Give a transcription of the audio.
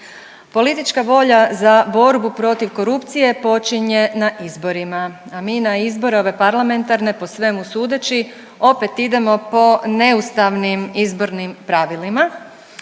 Politička volja za borbu protiv korupcije počinje na izborima, a mi na izbore ove parlamentarne po svemu sudeći opet idemo po neustavnim izbornim pravilima,